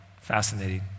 Fascinating